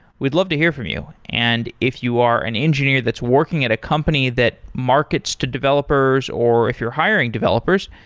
we'd love to hear from you. and if you are an engineer that's working at a company that markets to developers, or if you're hiring developers,